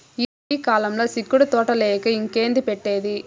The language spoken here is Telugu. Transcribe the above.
ఈ రబీ కాలంల సిక్కుడు తోటలేయక ఇంకేంది పెట్టేది